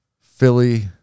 Philly